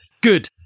Good